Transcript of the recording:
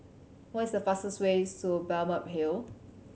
what is fastest way to Balmeg Hill